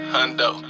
Hundo